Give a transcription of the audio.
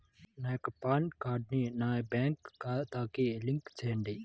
నా యొక్క పాన్ కార్డ్ని నా బ్యాంక్ ఖాతాకి లింక్ చెయ్యండి?